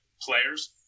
players